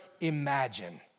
imagine